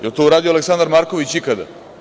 Da li je to uradio Aleksandar Marković ikada?